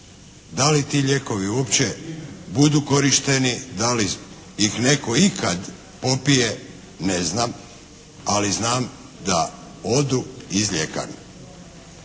Da li ti lijekovi uopće budu korišteni, da li ih netko ikad popije ne znam, ali znam da odu iz ljekarne.